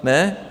Ne?